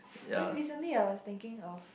cause recently I was thinking of